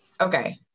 Okay